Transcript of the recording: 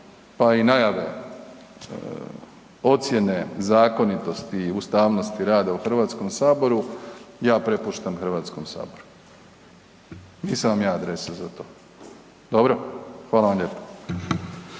pa i najave, ocijene zakonitosti i ustavnosti rada u HS, ja prepuštam HS, nisam vam ja adresa za to. Dobro? Hvala vam lijepo.